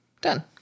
done